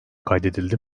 kaydedildi